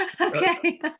Okay